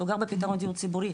הוא גר בפתרון דיור ציבורי,